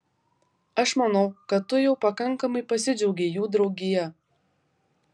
aš manau kad tu jau pakankamai pasidžiaugei jų draugija